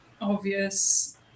obvious